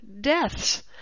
deaths